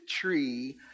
tree